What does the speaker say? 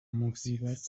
مصیبت